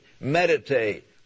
meditate